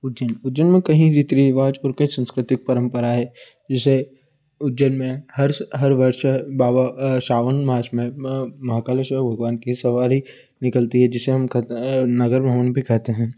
उज्जैन उज्जैन में कहीं रीति रिवाज और कई संस्कृतिक परम्परा है जैसे उज्जैन में हर वर्ष ह बाबा सावन मास में महाकालेश्वर भगवान की सवारी निकलती है जिसे हम कहते नगर मोहन भी कहते हैं